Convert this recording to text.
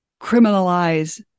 criminalize